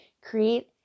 create